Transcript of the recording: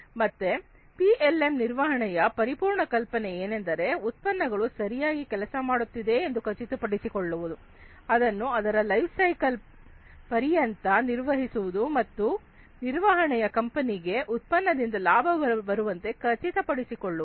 ಮತ್ತೆ ಪಿಎಲ್ಎಂ ನಿರ್ವಹಣೆಯ ಪರಿಪೂರ್ಣ ಕಲ್ಪನೆ ಏನೆಂದರೆ ಉತ್ಪನ್ನಗಳು ಸರಿಯಾಗಿ ಕೆಲಸ ಮಾಡುತ್ತಿದೆ ಎಂದು ಖಚಿತಪಡಿಸಿಕೊಳ್ಳುವುದು ಅದನ್ನು ಅದರ ಲೈಫ್ ಸೈಕಲ್ ಪರಿಯಂತ ನಿರ್ವಹಿಸುವುದು ಮತ್ತು ನಿರ್ವಹಣೆಯು ಕಂಪನಿಗೆ ಉತ್ಪನ್ನದಿಂದ ಲಾಭ ಬರುವಂತೆ ಖಚಿತಪಡಿಸಿಕೊಳ್ಳುವುದು